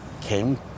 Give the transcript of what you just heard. came